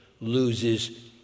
loses